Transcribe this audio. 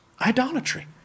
idolatry